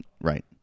right